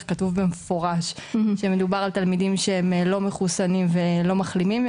כתוב במפורש שמדובר על תלמידים שהם לא מחוסנים ולא מחלימים.